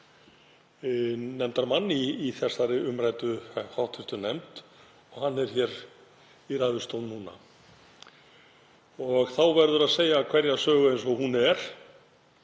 nefndarmann í umræddri hv. nefnd og hann er í ræðustól núna. Og þá verður að segja hverja sögu eins og hún er.